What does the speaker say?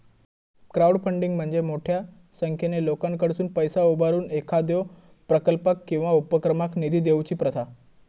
crowdfunding म्हणजे मोठ्यो संख्येन लोकांकडसुन पैसा उभारून एखाद्यो प्रकल्पाक किंवा उपक्रमाक निधी देऊची प्रथा